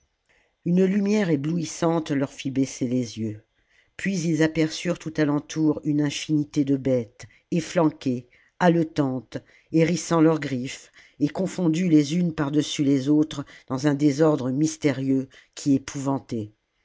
une lumière éblouissante leur fit baisser les yeux puis ils aperçurent tout à l'entour une infinité de bêtes efflanquées haletantes hérissant leurs griffes et confondues les unes par-dessus les autres dans un désordre mystérieux qui épouvantait